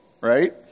right